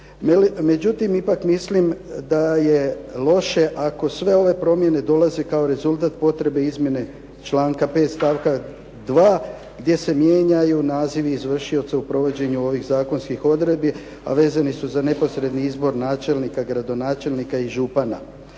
Međutim, ipak mislim da je loše ako sve ove promjene dolaze kao rezultat potrebe izmjene članka 5. stavka 2. gdje se mijenjaju nazivi izvršioca u provođenju ovih zakonskih odredbi, a vezani su za neposredni izbor načelnika, gradonačelnika i župana.